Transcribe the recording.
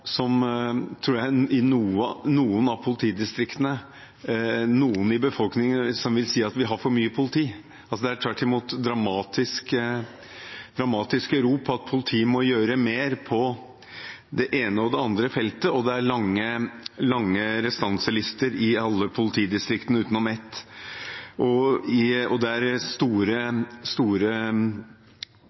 noen av politidistriktene, i befolkningen, som vil si at vi har for mange politifolk. Det er tvert imot dramatiske rop om at politiet må gjøre mer på det ene og på det andre feltet, og det er lange restanselister i alle politidistriktene utenom ett. Det er store mangler når det